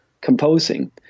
composing